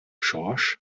schorsch